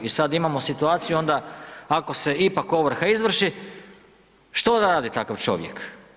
I sad imamo situaciju onda ako se ipak ovrha izvrši, što da radi takav čovjek?